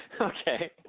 Okay